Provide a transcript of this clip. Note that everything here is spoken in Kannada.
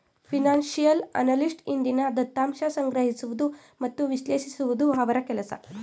ಫಿನನ್ಸಿಯಲ್ ಅನಲಿಸ್ಟ್ ಹಿಂದಿನ ದತ್ತಾಂಶ ಸಂಗ್ರಹಿಸುವುದು ಮತ್ತು ವಿಶ್ಲೇಷಿಸುವುದು ಅವರ ಕೆಲಸ